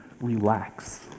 relax